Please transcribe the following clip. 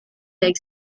big